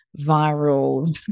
viral